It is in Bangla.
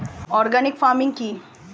অর্গানিক ফার্মিং কি?